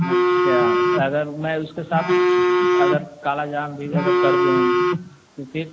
अच्छा अगर मैं उसके साथ अगर कालाजाम भी अगर कर दूँ तो फिर